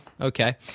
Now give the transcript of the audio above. Okay